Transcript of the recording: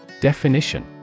Definition